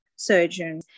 surgeon